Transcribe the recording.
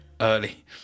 early